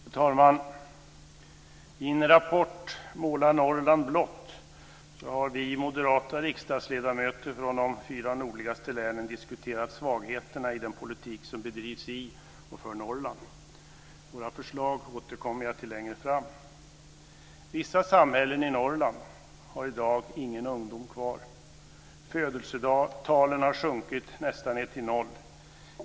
Fru talman! I en rapport, Måla Norrland blått, har vi moderata riksdagsledamöter från de fyra nordligaste länen diskuterat svagheterna i den politik som bedrivs i och för Norrland. Våra förslag återkommer jag till längre fram. Vissa samhällen i Norrland har i dag ingen ungdom kvar. Födelsetalen har sjunkit nästan ned till noll.